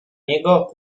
niego